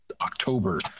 October